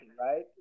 right